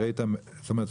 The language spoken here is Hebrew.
זאת אומרת